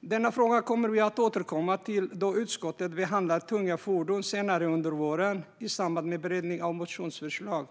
Denna fråga kommer vi att återkomma till då utskottet behandlar tunga fordon senare under våren i samband med beredningen av motionsförslag.